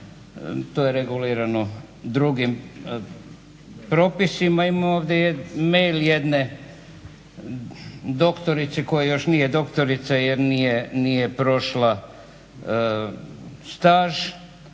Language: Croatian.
To je regulirano drugim propisima. Imam ovdje mail jedne doktorice koja još nije doktorica jer nije prošla staž.